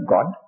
God